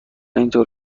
اینطور